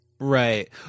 Right